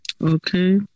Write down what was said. Okay